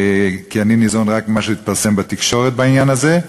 כי אני ניזון רק ממה שהתפרסם בתקשורת בעניין הזה,